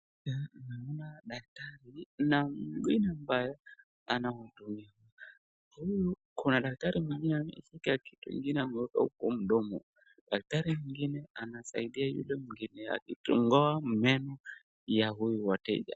Picha naona daktari na mgeni ambaye anamhudumia, hii kuna daktari mwingine ameshika kitu ingine ameeka kwa mdomo, daktari mwingine anasaidia yule mwingine akikongoa meno ya huyu mteja.